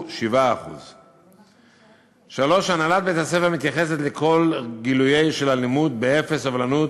7%; 3. הנהלת בית-הספר מתייחסת לכל גילוי של אלימות באפס סובלנות,